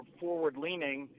forward-leaning